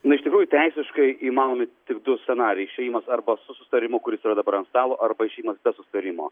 na iš tikrųjų teisiškai įmanomi tik du scenarijai išėjimas arba su susitarimu kuris yra dabar ant stalo arba išėjimas be susitarimo